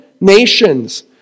nations